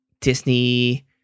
Disney